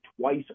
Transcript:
twice